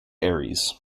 ares